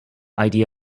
idea